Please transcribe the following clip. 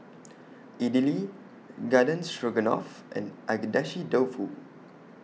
Idili Garden Stroganoff and Agedashi Dofu